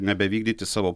nebevykdyti savo